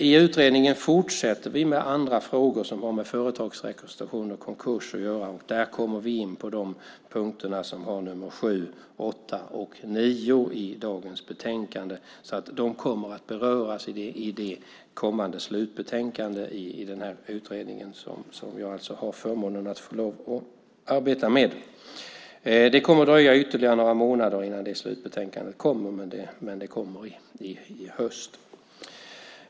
I utredningen fortsätter vi med andra frågor som har med företagsrekonstruktioner och konkurser att göra. Där kommer vi in på punkterna 7, 8 och 9 i betänkandet. De kommer att beröras i det kommande slutbetänkande som jag alltså har förmånen att arbeta med. Det kommer att dröja ytterligare några månader innan det slutbetänkandet kommer, men det kommer i höst.